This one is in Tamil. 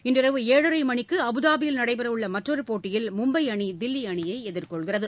இன்றிரவு ஏழரைமணிக்கு அபுதாபியில் நடைபெறவுள்ளமற்றொருபோட்டியில் மும்பைஅணி தில்லிஅணியைஎதிர்கொள்கிறது